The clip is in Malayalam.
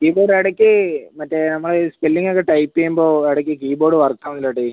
കീബോഡ് ഇടയ്ക്ക് മറ്റേ നമ്മൾ ഈ സ്പെല്ലിംഗൊക്ക ടൈപ്പ് ചെയ്യുമ്പോൾ ഇടയ്ക്ക് കീബോഡ് വർക്കാവുന്നില്ല ഏട്ടായി